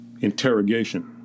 interrogation